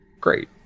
Great